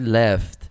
left